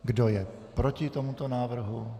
Kdo je proti tomuto návrhu?